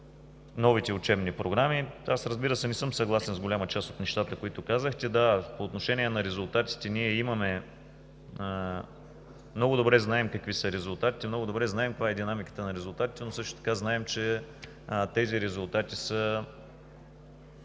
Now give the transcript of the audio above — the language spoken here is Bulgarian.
новите учебни програми. Аз, разбира се, не съм съгласен с голяма част от нещата, които казахте. Да, по отношение на резултатите ние много добре знаем какви са резултатите, много добре знаем каква е динамиката им, но също така знаем, че те са продукт на